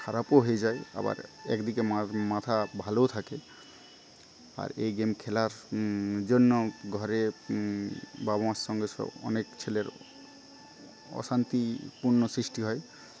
খারাপও হয়ে যায় আবার একদিকে মা মাথা ভালোও থাকে আর এই গেম খেলার জন্য ঘরে বাবা মার সঙ্গে সো অনেক ছেলের অশান্তি পূর্ণ সৃষ্টি হয়